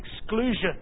exclusion